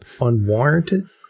unwarranted